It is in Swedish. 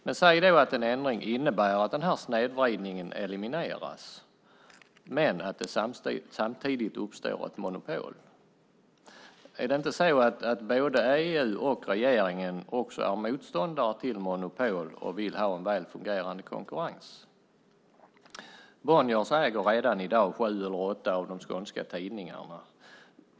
Låt oss säga att en ändring innebär att den här snedvridningen elimineras men att det samtidigt uppstår ett monopol. Är det inte så att både EU och regeringen är motståndare till monopol och vill ha en väl fungerande konkurrens? Bonniers äger redan i dag sju eller åtta av de skånska tidningarna.